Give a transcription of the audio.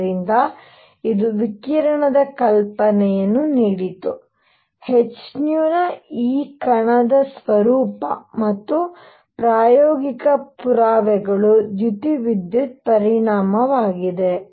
ಆದ್ದರಿಂದ ಇದು ವಿಕಿರಣದ ಕಲ್ಪನೆಯನ್ನು ನೀಡಿತು h ನ ಈ ಕಣದ ಸ್ವರೂಪ ಮತ್ತು ಪ್ರಾಯೋಗಿಕ ಪುರಾವೆಗಳು ದ್ಯುತಿವಿದ್ಯುತ್ ಪರಿಣಾಮವಾಗಿದೆ